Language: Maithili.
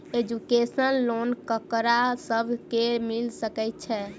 एजुकेशन लोन ककरा सब केँ मिल सकैत छै?